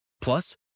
Plus